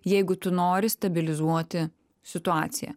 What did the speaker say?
jeigu tu nori stabilizuoti situaciją